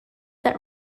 that